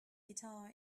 guitar